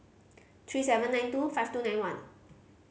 three seven nine two five two nine one